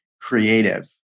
creative